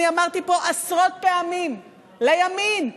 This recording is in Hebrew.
אני אמרתי פה עשרות פעמים לימין,